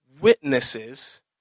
witnesses